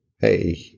Hey